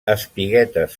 espiguetes